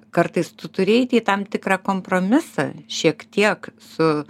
kartais tu turi eiti į tam tikrą kompromisą šiek tiek su